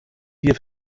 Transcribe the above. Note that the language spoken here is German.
wir